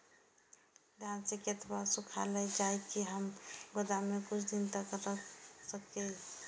धान के केतना सुखायल जाय की हम गोदाम में कुछ दिन तक रख सकिए?